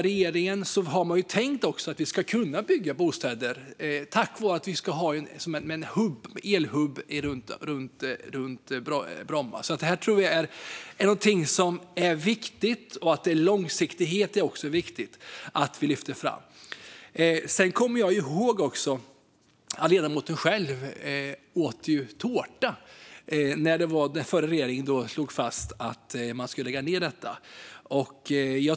Regeringen har också tänkt att vi ska kunna bygga bostäder tack vare att det ska vara en elhubb runt Bromma. Det är någonting som är viktigt. Vi lyfter också fram att långsiktighet också är viktigt. Jag kommer också ihåg att ledamoten själv åt tårta när den förra regeringen slog fast att man skulle lägga ned Bromma.